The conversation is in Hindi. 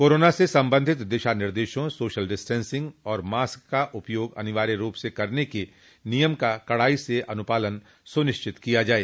कोरोना से संबधित दिशा निर्देशों सोशल डिस्टेंसिंग और मास्क का उपयोग अनिवार्य रूप से करने के नियम का कड़ाई से अनुपालन सुनिश्चित किया जाये